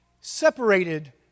separated